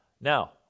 Now